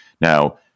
Now